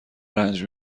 رنج